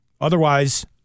otherwise